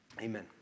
Amen